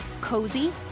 COZY